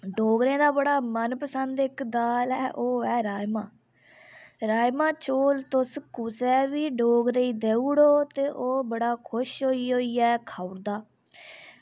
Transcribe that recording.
डोगरें दा बड़ा मनपसंद इक दाल ऐ ओह् ऐ राजमां राजमां चोल तुस कुसै बी डोगरे गी देई ओड़ो ते ओह् बड़ा खुश होई होइयै खाई ओड़दा